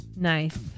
Nice